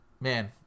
man –